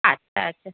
আচ্ছা আচ্ছা